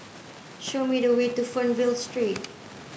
show me the way to Fernvale Street